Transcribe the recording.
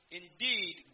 indeed